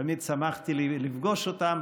תמיד שמחתי לפגוש אותם,